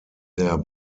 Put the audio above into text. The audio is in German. der